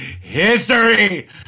history